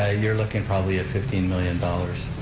ah you're looking probably at fifteen million dollars,